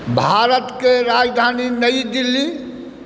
भारतके राजधानी नई दिल्ली